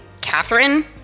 Catherine